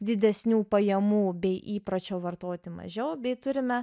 didesnių pajamų bei įpročio vartoti mažiau bei turime